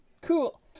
Cool